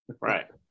right